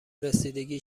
رسیدگی